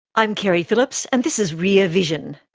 i'm keri phillips and this is rear vision.